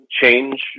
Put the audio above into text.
change